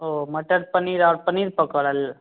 वह मटर पनीर और पनीर पकौड़ा ल